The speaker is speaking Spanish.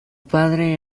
padre